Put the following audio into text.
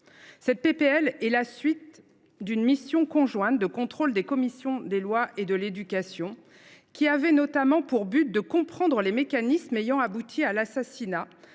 suite aux travaux d’une mission conjointe de contrôle de la commission des lois et de celle de l’éducation, qui avait notamment pour but de comprendre les mécanismes ayant abouti à l’assassinat